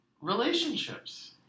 relationships